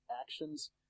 actions